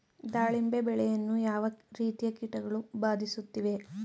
ದಾಳಿಂಬೆ ಬೆಳೆಯನ್ನು ಯಾವ ರೀತಿಯ ಕೀಟಗಳು ಬಾಧಿಸುತ್ತಿವೆ?